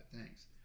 Thanks